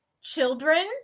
children